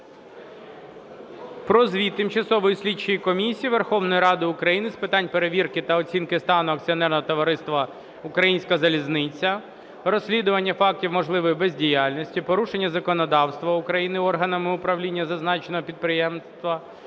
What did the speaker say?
про Звіт Тимчасової слідчої комісії Верховної Ради України з питань перевірки та оцінки стану акціонерного товариства "Українська залізниця", розслідування фактів можливої бездіяльності, порушення законодавства України органами управління зазначеного підприємства,